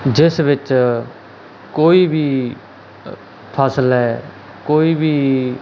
ਜਿਸ ਵਿੱਚ ਕੋਈ ਵੀ ਫ਼ਸਲ ਹੈ ਕੋਈ ਵੀ